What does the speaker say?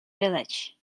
village